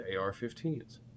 AR-15s